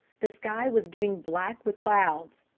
the sky was getting black with clouds.